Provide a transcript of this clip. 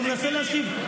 אבל הוא מנסה להשיב.